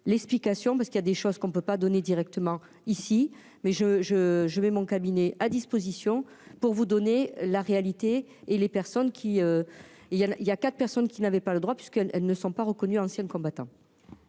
l'explication parce qu'il y a des choses qu'on ne peut pas donner directement ici, mais je, je, je vais mon cabinet à disposition pour vous donner la réalité et les personnes qui, il y a, il y a quatre personnes qui n'avaient pas le droit, parce que elle ne sont pas reconnus anciens combattant.